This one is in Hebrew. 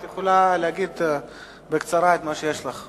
את יכולה להגיד בקצרה את מה שיש לך להגיד.